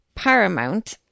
Paramount